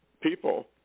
people